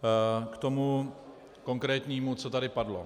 K tomu konkrétnímu, co tady padlo.